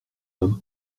homme